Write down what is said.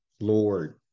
Lord